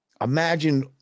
Imagine